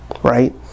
Right